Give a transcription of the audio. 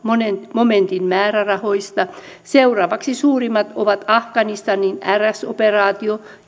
momentin määrärahoista seuraavaksi suurimmat ovat afganistanin rs operaatio